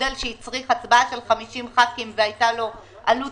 שהצריך הצבעה של 50 ח"כים והיתה לו עלות